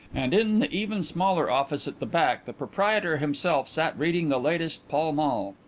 and in the even smaller office at the back the proprietor himself sat reading the latest pall mall.